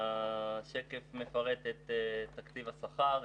השקף מפרט את תקציב השכר,